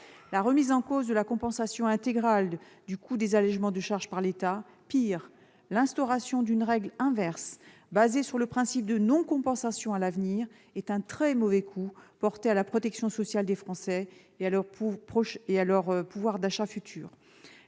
La remise en cause de la compensation intégrale du coût des allégements de charges par l'État et, pire, l'instauration d'une règle inverse, basée sur le principe de non-compensation à l'avenir, sont un très mauvais coup porté à la protection sociale des Français et à leur pouvoir d'achat futur.